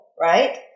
right